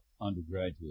undergraduate